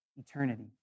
eternity